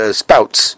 spouts